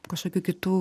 kažkokių kitų